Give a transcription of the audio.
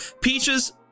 Peaches